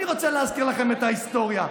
אני רוצה להזכיר לכם את ההיסטוריה.